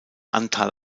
anteil